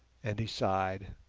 and he sighed.